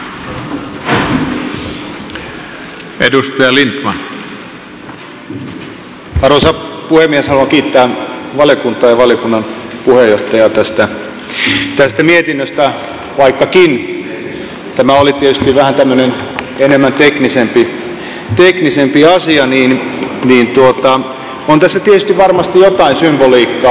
haluan kiittää valiokuntaa ja valiokunnan puheenjohtajaa tästä mietinnöstä vaikkakin tämä oli tietysti vähän tämmöinen teknisempi asia niin on tässä varmasti jotain symboliikkaa